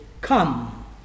come